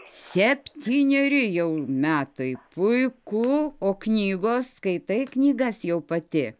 septyneri jau metai puiku o knygos skaitai knygas jau pati